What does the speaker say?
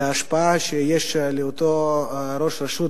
על ההשפעה שיש לאותו ראש רשות,